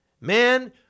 Man